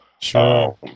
Sure